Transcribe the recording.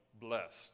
blessed